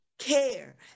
care